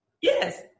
Yes